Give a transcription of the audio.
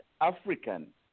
African